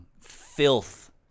filth